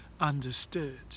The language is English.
understood